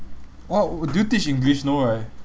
what do you teach english no right